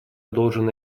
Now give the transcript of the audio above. должен